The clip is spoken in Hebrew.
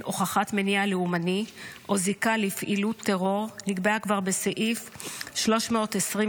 הוכחת מניע לאומני או זיקה לפעילות טרור נקבעה כבר בסעיף 325(ב)